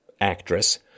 actress